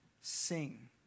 sing